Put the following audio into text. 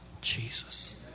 Jesus